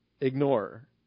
Ignore